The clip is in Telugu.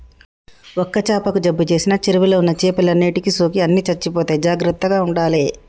ఒక్క చాపకు జబ్బు చేసిన చెరువుల ఉన్న చేపలన్నిటికి సోకి అన్ని చచ్చిపోతాయి జాగ్రత్తగ ఉండాలే